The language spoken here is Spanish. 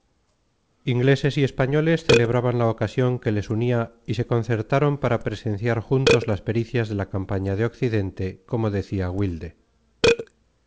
ingleses y españoles celebraban la ocasión que les unía y se concertaron para presenciar juntos las peripecias de la campaña de occidente como decía wilde